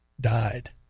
died